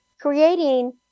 creating